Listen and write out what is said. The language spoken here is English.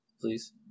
please